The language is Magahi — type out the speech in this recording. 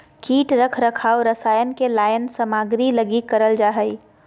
कीट रख रखाव रसायन के लाइन सामग्री लगी करल जा हइ